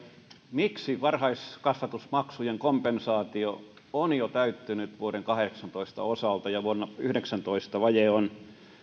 miksi varhaiskasvatusmaksujen kompensaatio on jo täyttynyt vuoden kahdeksantoista osalta ja vuonna yhdeksäntoista vaje on